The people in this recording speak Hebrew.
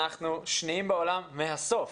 אנחנו שניים בעולם מהסוף,